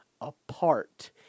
apart